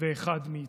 ואחד מאיתנו.